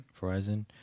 Verizon